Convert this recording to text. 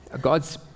God's